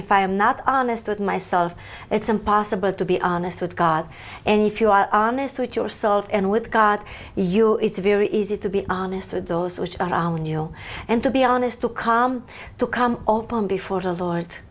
if i am not honest with myself it's impossible to be honest with god and if you are honest with yourself and with god you it's very easy to be honest with those which are new and to be honest to come to come on before the